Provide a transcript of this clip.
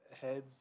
Heads